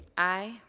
aye.